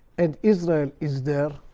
and israel is there.